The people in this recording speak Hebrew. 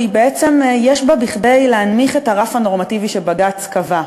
בעצם יש בה כדי להנמיך את הרף הנורמטיבי שבג"ץ קבע.